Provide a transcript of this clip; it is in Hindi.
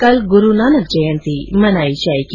कल गुरूनानक जयंती मनाई जायेगी